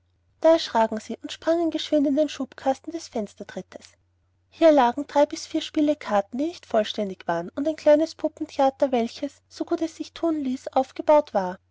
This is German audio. da erschraken sie und sprangen geschwind in den schubkasten des fenstertrittes hier lagen drei bis vier spiele karten die nicht vollständig waren und ein kleines puppentheater welches so gut es sich thun ließ aufgebaut war